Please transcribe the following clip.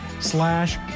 slash